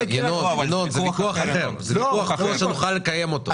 זה ויכוח אחר שנוכל לקיים אותו.